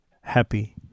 Happy